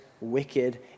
wicked